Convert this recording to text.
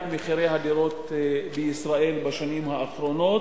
מחירי הדירות בישראל בשנים האחרונות.